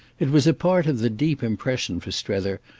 it was a part of the deep impression for strether,